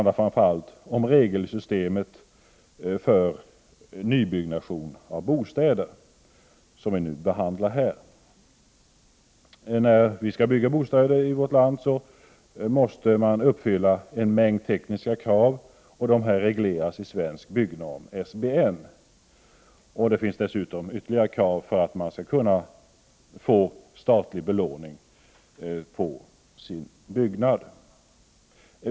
Det är framför allt regelsystemet för nybyggnation av bostäder som vi behandlar här. När man skall bygga bostäder i vårt land måste man uppfylla en mängd tekniska krav. De regleras i Svensk byggnorm, SBN. Det ställs dessutom ytterligare krav för statlig belåning av byggnaderna.